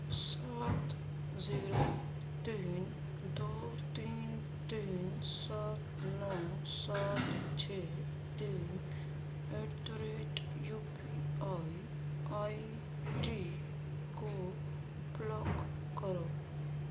سات زیرو تین دو تین تین سات نو سات چھ تین at the rate U P I I D کو بلاک کرو